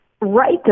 right